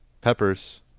Peppers